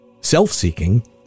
self-seeking